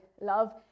love